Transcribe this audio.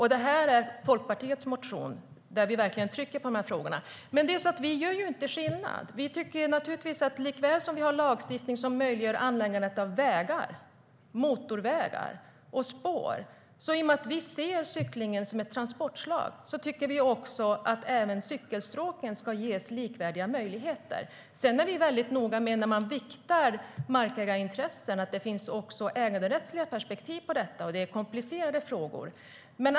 I Folkpartiets motion trycker vi verkligen på dessa frågor. Men vi gör ju ingen åtskillnad. Likaväl som vi har lagstiftning som möjliggör anläggandet av vägar, motorvägar och spår tycker vi, i och med att vi ser cyklingen som ett transportslag, att även cykelstråken ska ges likvärdiga möjligheter. Vi är väldigt noga med att det också ska finnas äganderättsliga perspektiv när man viktar markägarintressen. Detta är komplicerade frågor.